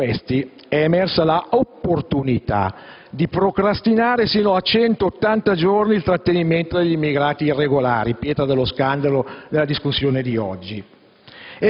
Tra questi, è emersa l'opportunità di procrastinare sino a 180 giorni il trattenimento degli immigrati irregolari, pietra dello scandalo nella discussione di oggi.